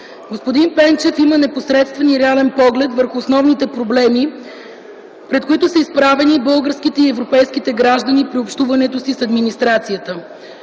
Господин Пенчев има непосредствен и реален поглед върху основните проблеми, пред които са изправени българските и европейските граждани при общуването си с администрацията.